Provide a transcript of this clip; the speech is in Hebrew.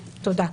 תודה.